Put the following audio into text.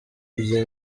iyi